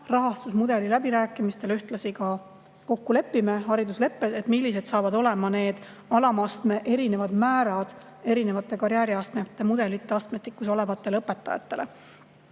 rahastusmudeli läbirääkimistel ka kokku lepime. Tulevad hariduslepped, millised saavad olema alamastme erinevad määrad erinevate karjääriastmete mudelite astmestikus olevatele õpetajatele.